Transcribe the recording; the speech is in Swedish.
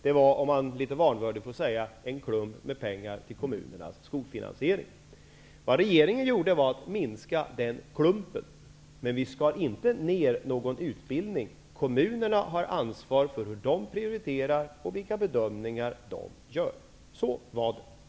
Det var, om man uttrycker sig litet vanvördigt, en klump med pengar till kommunernas skolfinansiering. Vad regeringen gjorde var att minska den klumpen. Men vi skar inte ned någon utbildning. Kommunerna har ansvar för hur de prioriterar och vilka bedömningar de gör. Så var det.